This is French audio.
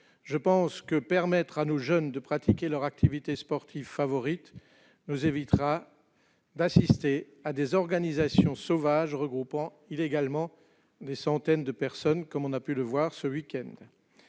discipline. Permettre à nos jeunes de pratiquer leur activité sportive favorite nous évitera d'assister à des organisations sauvages regroupant illégalement des centaines de personnes comme on a pu le voir ce week-end.